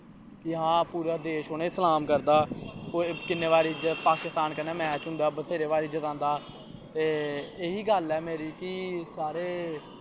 जां पूरा देश उ'नें गी सलाम करदा किन्ने बारी पाकिस्तान कन्नै मैच होंदे बत्थेरे बारी जतांदे ते एही गल्ल ऐ मेरी कि सारे